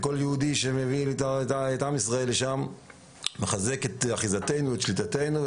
כל יהודי שמביא את עם ישראל לשם מחזק את אחיזתנו ושליטתנו.